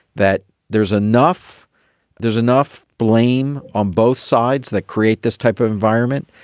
that there's enough there's enough blame on both sides that create this type of environment.